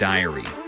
Diary